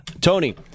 Tony